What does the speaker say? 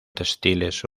textiles